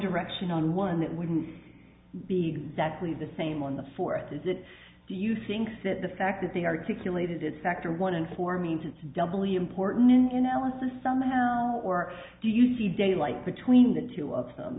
direction one that wouldn't be exactly the same on the fourth visit do you think that the fact that the articulated it factor one in four means it's doubly important in alice's somehow or do you see daylight between the two of them